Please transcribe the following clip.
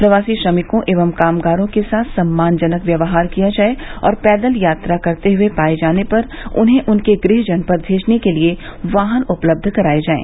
प्रवासी श्रमिकों एवं कामगारों के साथ सम्मानजनक व्यवहार किया जाये और पैदल यात्रा करते हुए पाये जाने पर उन्हें उनके गृह जनपद भेजने के लिए वाहन उपलब्ध कराये जाएं